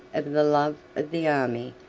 of the love of the army,